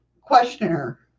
Questioner